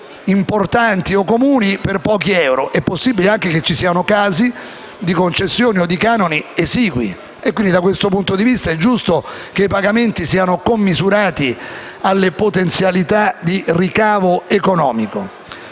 (importanti o comuni) per pochi euro. È quindi possibile che ci siano anche casi di concessioni o di canoni troppo esigui. Dunque, da questo punto di vista, è giusto che i pagamenti siano commisurati alle potenzialità di ricavo economico.